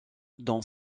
dont